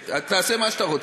תעשה מה שאתה רוצה.